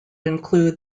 include